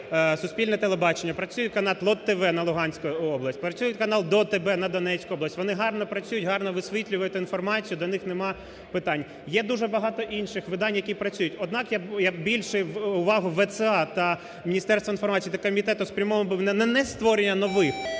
суспільне телебачення, працює канал "ЛОТ-ТВ" на Луганську область, працює канал "До ТеБе" на Донецьку область. Вони гарно працюють, гарно висвітлюють інформацію, до них нема питань. Є дуже багато інших видань, які працюють. Однак, я більшу увагу ВЦА та Міністерства інформації, та комітету спрямовую, бо… не створює нових,